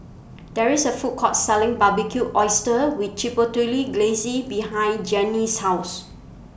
There IS A Food Court Selling Barbecued Oysters with Glaze behind Janine's House